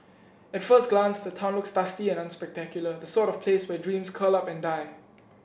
at first glance the town looks dusty and unspectacular the sort of place where dreams curl up and die